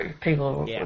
People